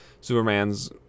Superman's